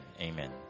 Amen